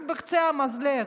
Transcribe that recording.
רק על קצה המזלג,